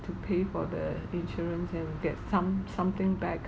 to pay for the insurance and get some something back